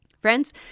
Friends